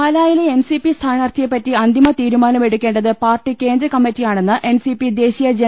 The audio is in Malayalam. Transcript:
പാലായിലെ എൻസിപ്പി സ്ഥാനാർത്ഥിയെ പറ്റി അന്തിമ തീരു മാനമെടുക്കേണ്ടത് പാർട്ടി കേന്ദ്രകമ്മറ്റിയാണെന്ന് എൻസിപി ദേശീയ ജന